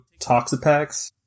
Toxapex